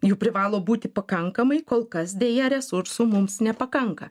jų privalo būti pakankamai kol kas deja resursų mums nepakanka